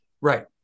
Right